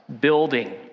building